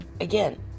again